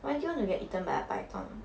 why do you want to get eaten by a python